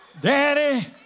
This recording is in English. Daddy